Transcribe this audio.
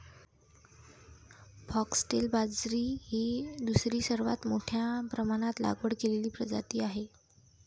foxtail बाजरी ही दुसरी सर्वात मोठ्या प्रमाणात लागवड केलेली प्रजाती आहे